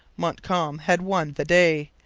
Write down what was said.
montcalm had won the day,